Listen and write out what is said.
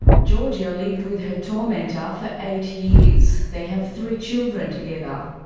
georgia lived with her tormentor for eight years. they have three children together.